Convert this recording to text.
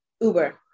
Uber